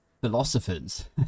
philosophers